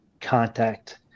contact